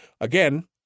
Again